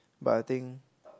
but I think